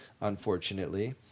unfortunately